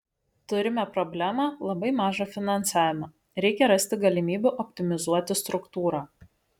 turime problemą labai mažą finansavimą reikia rasti galimybių optimizuoti struktūrą